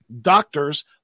doctors